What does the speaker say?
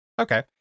Okay